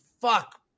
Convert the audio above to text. fuck